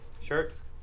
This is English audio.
shirts